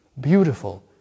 beautiful